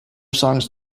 songs